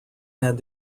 had